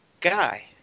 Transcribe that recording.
Guy